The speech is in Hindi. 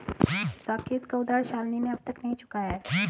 साकेत का उधार शालिनी ने अब तक नहीं चुकाया है